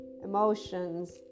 emotions